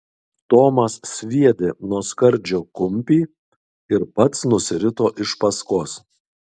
tomas sviedė nuo skardžio kumpį ir pats nusirito iš paskos